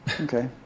Okay